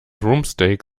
rumpsteak